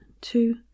two